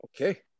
Okay